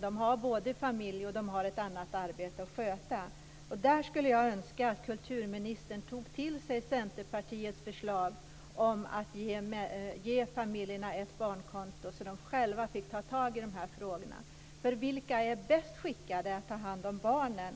De har både familj och ett annat arbete att sköta. Där skulle jag önska att kulturministern tog till sig Centerpartiets förslag om att ge familjerna ett barnkonto så att de själva fick ta tag i de frågorna. Vilka är bäst skickade att ta hand om barnen?